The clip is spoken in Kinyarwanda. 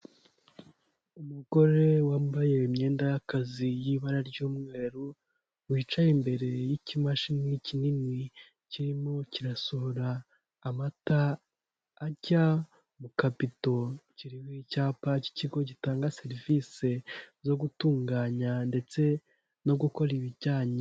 Umugore wambaye imyenda y'akazi y'ibara ry'umweru wicaye imbere y'ikimashini kinini kirimo kirasura amata ajya mu kabido, kiriho icyapa cy'ikigo gitanga serivisi zo gutunganya ndetse no gukora ibijyanye.